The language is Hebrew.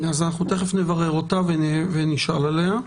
אז אנחנו תכף נברר אותה ונשאל עליה.